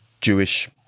jewish